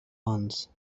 once